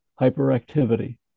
hyperactivity